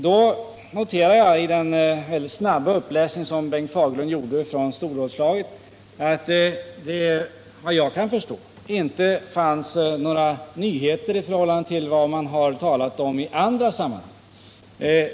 Då noterar jag av den väldigt snabba uppläsning som Bengt Fagerlund gjorde från storrådslaget att den uppräkningen, vad jag kan förstå, inte innehöll några nyheter i förhållande till vad man talat om i andra sammanhang.